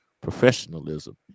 professionalism